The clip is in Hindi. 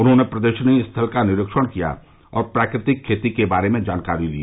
उन्होंने प्रदर्शनी स्थल का निरीक्षण किया और प्राकृतिक खेती के बारे में जानकारी ली